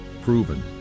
Proven